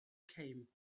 came